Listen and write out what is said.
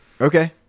Okay